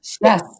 Yes